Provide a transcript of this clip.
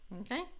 Okay